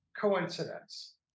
coincidence